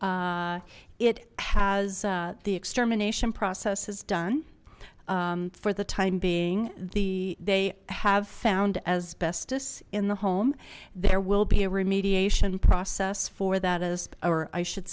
it has the extermination process is done for the time being the they have found asbestos in the home there will be a remediation process for that as or i should